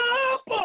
up